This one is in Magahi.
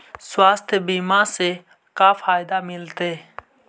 स्वास्थ्य बीमा से का फायदा मिलतै?